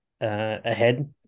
ahead